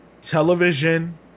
television